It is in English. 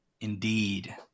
indeed